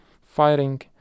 firing